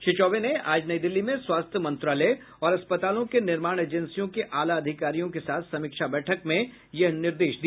श्री चौबे ने आज नई दिल्ली में स्वास्थ्य मंत्रालय और अस्पतालों के निर्माण एजेंसियों के आला अधिकारियों के साथ समीक्षा बैठक में यह निर्देश दिया